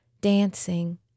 dancing